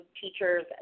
teachers